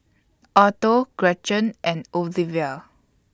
Otto Gretchen and Olevia